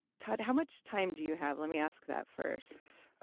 todd, how much time do you have? let me ask that first